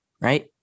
right